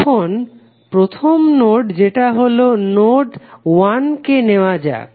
এখন প্রথম নোড যেটা হলো নোড 1 কে নেওয়া যাক